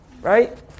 Right